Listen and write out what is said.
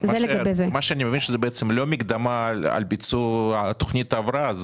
זה לא קשור בכלל לתוכנית ההבראה.